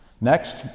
Next